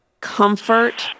comfort